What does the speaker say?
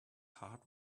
heart